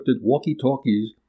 walkie-talkies